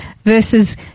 versus